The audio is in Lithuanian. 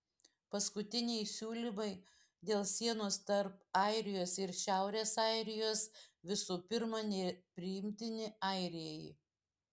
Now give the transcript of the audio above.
paskutiniai siūlymai dėl sienos tarp airijos ir šiaurės airijos visų pirma nepriimtini airijai